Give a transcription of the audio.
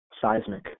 seismic